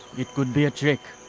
it could be a trick!